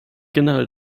generell